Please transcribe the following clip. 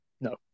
No